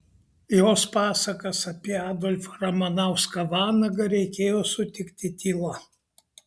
jos pasakas apie adolfą ramanauską vanagą reikėjo sutikti tyla